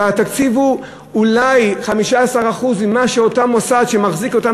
כשהתקציב הוא אולי 15% ממה שאותו מוסד שמחזיק אותם